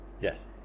Yes